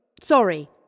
sorry